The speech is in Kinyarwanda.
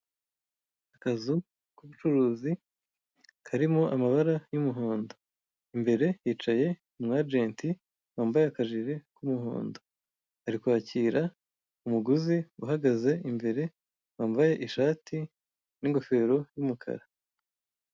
Akazu k'ubucuruzi karimo amabara y'umuhondo, imbere hicaye umwajenti wambaye akajire k'umuhondo, ari kwakira umuguzi uhagaze imbere wambaye ishati n'ingofero y'umukara.